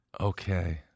Okay